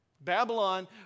Babylon